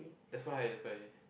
that's why that's why